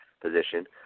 position –